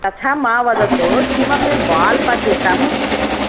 तथा मा वदतु किमपि बाल् पतितं